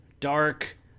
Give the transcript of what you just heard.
Dark